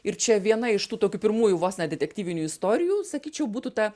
ir čia viena iš tų tokių pirmųjų vos ne detektyvinių istorijų sakyčiau būtų ta